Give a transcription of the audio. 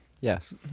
Yes